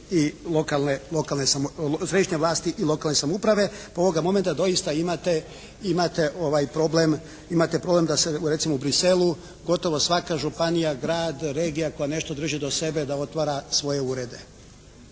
i lokalne, središnje vlasti i lokalne samouprave pa ovoga momenta doista imate problem da se recimo u Bruxellesu gotovo svaka županija, grad, regija koja nešto drži do sebe da otvara svoje urede.